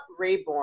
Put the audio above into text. Rayborn